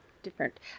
different